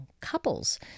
couples